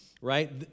right